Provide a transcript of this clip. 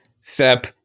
step